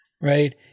right